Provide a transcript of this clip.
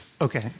Okay